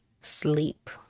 Sleep